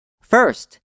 First